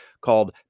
Called